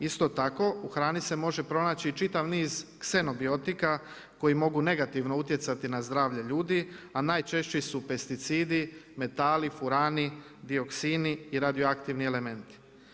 Isto tako u hrani se može pronaći i čitav niz xenobiotica koji mogu negativno utjecati na zdravlje ljudi a najčešći su pesticidi, metali, furani, dioksini i radioaktivni elementi.